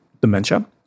dementia